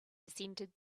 descended